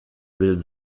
will